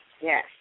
Yes